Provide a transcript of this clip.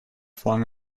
flung